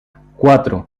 cuatro